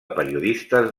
periodistes